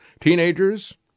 Teenagers